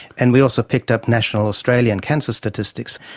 and we also picked up national australian cancer statistics.